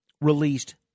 released